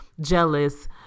jealous